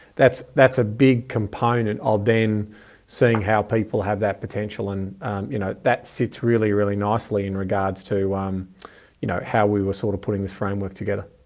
that's, that's a big component of then seeing how people have that potential. and you know, that sits really, really nicely in regards to um you know, how we were sort of putting the framework together.